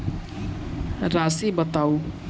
राशि बताउ